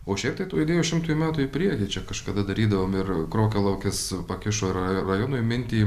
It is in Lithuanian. o šiaip tai tų idėjų šimtui metų į priekį čia kažkada darydavom ir krokialaukis pakišo ra rajonui mintį